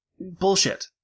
bullshit